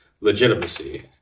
legitimacy